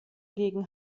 gegen